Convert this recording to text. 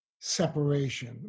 separation